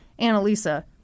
Annalisa